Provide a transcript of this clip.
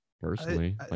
Personally